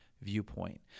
Viewpoint